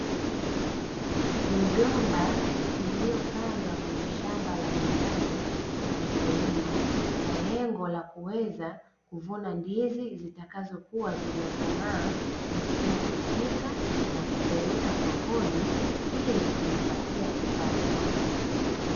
Migomba iliyopandwa kweye shamba la nyumbani la mkulima kwa lengo la kuweza kuvuna ndizi zitakazokuwa zimekomaa msimu husika na kupeleka sokoni ili kujipatia kipato.